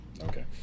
Okay